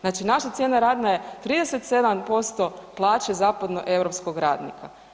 Znači naša cijena rada je 37% plaće zapadnoeuropskog radnika.